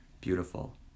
beautiful